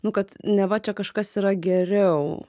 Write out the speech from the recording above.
nu kad neva čia kažkas yra geriau